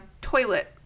toilet